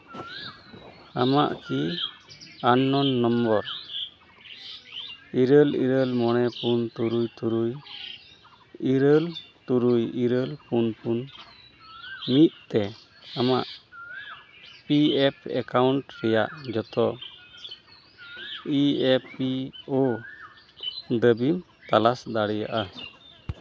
ᱟᱢᱟᱜ ᱠᱤ ᱟᱱᱱᱚᱱ ᱱᱚᱢᱵᱚᱨ ᱤᱨᱟᱹᱞ ᱤᱨᱟᱹᱞ ᱢᱚᱬᱮ ᱯᱩᱱ ᱛᱩᱨᱩᱭ ᱛᱩᱨᱩᱭ ᱤᱨᱟᱹᱞ ᱛᱩᱨᱩᱭ ᱯᱩᱱ ᱯᱩᱱ ᱢᱤᱫ ᱛᱮ ᱟᱢᱟᱜ ᱯᱤ ᱮᱯᱷ ᱮᱠᱟᱣᱩᱴ ᱨᱮᱭᱟᱜ ᱡᱚᱛᱚ ᱤ ᱮᱯᱷ ᱯᱤ ᱳ ᱫᱟᱹᱵᱤ ᱛᱚᱞᱟᱥ ᱫᱟᱲᱮᱭᱟᱜᱼᱟ